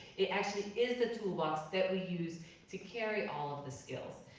it actually is the toolbox that we use to carry all of the skills.